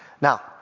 Now